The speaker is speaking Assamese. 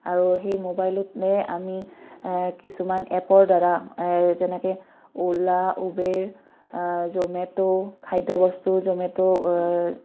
আৰু সেই মোবাইলতে আমি কিছুমান এপৰ দ্বাৰা যেনেকৈ অ'লা উবেৰ জ'মেট' খাদ্যবস্তু জ'মেট'